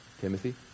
Timothy